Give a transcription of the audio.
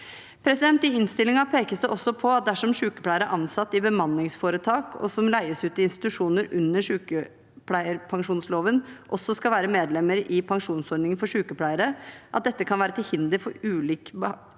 I innstillingen pekes det også på at dersom sykepleiere som er ansatt i bemanningsforetak, og som leies ut til institusjoner under sykepleierpensjonsloven, også skal være medlemmer i pensjonsordningen for sykepleiere, kan dette forhindre ulik behandling